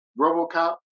RoboCop